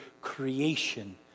creation